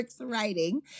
writing